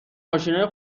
ماشینای